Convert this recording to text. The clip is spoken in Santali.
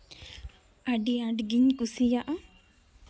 ᱟᱹᱰᱤ ᱟᱸᱴᱜᱮᱧ ᱠᱩᱥᱤᱭᱟᱜᱼᱟ